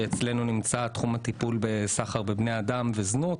אצלנו נמצא תחום הטיפול בסחר בבני אדם וזנות.